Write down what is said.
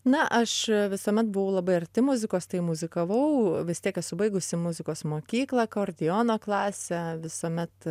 na aš visuomet buvau labai arti muzikos tai muzikavau vis tiek esu baigusi muzikos mokyklą akordeono klasę visuomet